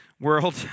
world